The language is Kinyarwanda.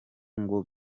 ngo